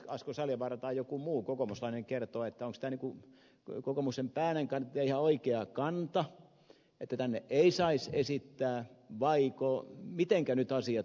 asko seljavaara tai joku muu kokoomuslainen kertoo onko tämä kokoomuksen pää äänenkannattajan ihan oikea kanta että tänne ei saisi esittää vaiko mitenkä nyt asiat pohjimmiltaan ovat